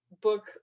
book